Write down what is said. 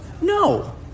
No